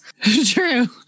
True